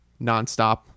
nonstop